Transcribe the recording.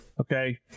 okay